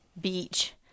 beach